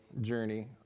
journey